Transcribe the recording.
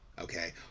Okay